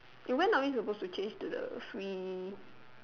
eh when are we supposed to change to the free